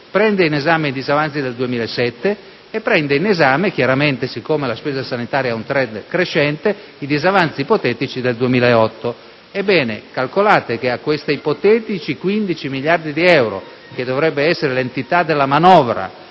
prende in esame i disavanzi del 2006, i disavanzi del 2007 e, siccome la spesa sanitaria ha un *trend* crescente, i disavanzi ipotetici del 2008. Ebbene, calcolate che agli ipotetici 15 miliardi di euro che dovrebbero costituire la manovra